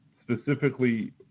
specifically